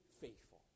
faithful